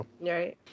Right